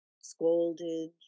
scolded